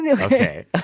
Okay